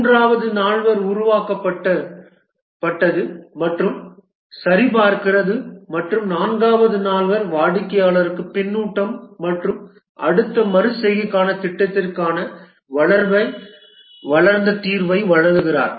மூன்றாவது நால்வர் உருவாக்கப்பட்டது மற்றும் சரிபார்க்கிறது மற்றும் நான்காவது நால்வர் வாடிக்கையாளருக்கு பின்னூட்டம் மற்றும் அடுத்த மறு செய்கைக்கான திட்டத்திற்காக வளர்ந்த தீர்வை வழங்குகிறார்